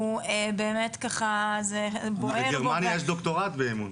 בגרמניה יש דוקטורט באימון.